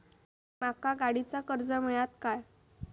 माका गाडीचा कर्ज मिळात काय?